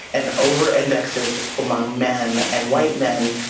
and over indexes among men, and white men,